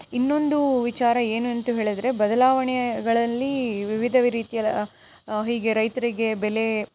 ಇನ್ನೊಂದು ವಿಚಾರ ಏನುಂಟು ಹೇಳಿದರೆ ಬದಲಾವಣೆಗಳಲ್ಲಿ ವಿವಿಧ ರೀತಿ ಹೀಗೇ ರೈತರಿಗೆ ಬೆಲೆ